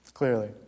Clearly